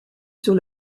sur